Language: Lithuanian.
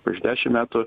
prieš dešimt metų